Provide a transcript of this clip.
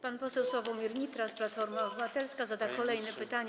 Pan poseł Sławomir Nitras, Platforma Obywatelska, zada kolejne pytanie.